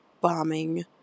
bombing